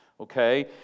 okay